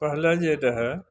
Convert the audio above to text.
पहिले जे रहै